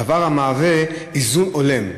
דבר המהווה איזון הולם.